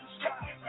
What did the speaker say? sky